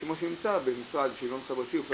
כמו שנמצא במשרד שהוא גם חברתי או אחר,